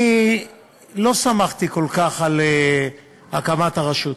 אני לא שמחתי כל כך על הקמת הרשות,